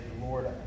Lord